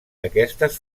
aquestes